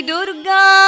Durga